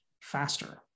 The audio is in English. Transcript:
faster